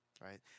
right